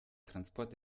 transport